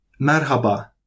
Merhaba